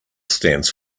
stands